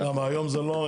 למה, היום זה לא?